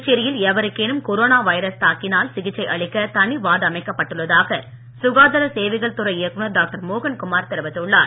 புதுச்சேரியில் எவருக்கேனும் corona virus தாக்கினால் சிகிச்சை அளிக்க தனி வார்டு அமைக்கப்பட்டுள்ளதாக சுகாதார சேவைகள் துறை இயக்குநர் டாக்டர் மோகன் குமார் தெரிவித்துள்ளார்